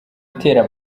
itera